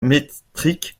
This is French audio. métriques